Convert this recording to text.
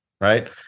right